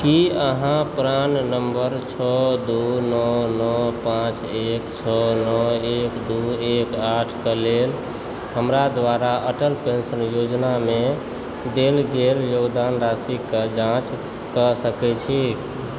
की अहाँ प्राण नम्बर छओ दू नओ नओ पाँच एक छओ नओ एक दू एक आठक लेल हमरा द्वारा अटल पेंशन योजनामे देल गेल योगदान राशिक जाँचकऽ सकैत छी